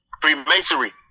Freemasonry